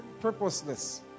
purposeless